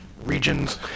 regions